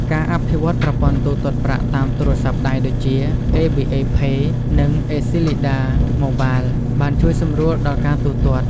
ការអភិវឌ្ឍប្រព័ន្ធទូទាត់ប្រាក់តាមទូរស័ព្ទដៃដូចជា ABA Pay និង អេស៊ីលីដា Acleda Mobile បានជួយសម្រួលដល់ការទូទាត់។